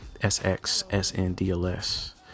SXSNDLS